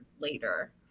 later